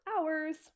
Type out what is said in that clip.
hours